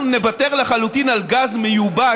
אנחנו נוותר לחלוטין על גז מיובא,